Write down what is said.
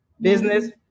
business